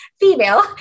female